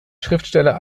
schriftsteller